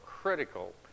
critical